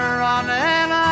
running